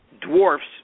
dwarfs